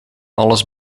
alles